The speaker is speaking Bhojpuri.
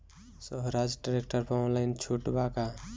सोहराज ट्रैक्टर पर ऑनलाइन छूट बा का?